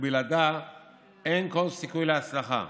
ובלעדיה אין כל סיכוי להצלחה.